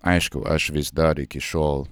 aišku aš vis dar iki šiol